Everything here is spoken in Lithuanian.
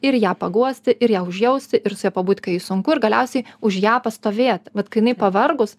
ir ją paguosti ir ją užjausti ir su ja pabūt kai jai sunku ir galiausiai už ją pastovėt vat kai jinai pavargus